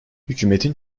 hükümetin